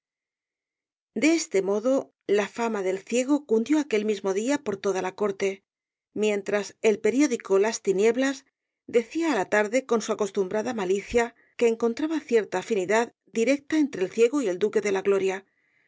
de este modo la fama del ciego cundió aquel mismo día por toda la corte mientras el periódico las tinieblas decía á la tarde con su acostumbrada malicia que encontraba cierta afinidad directa entre el ciego y el duque de la gloria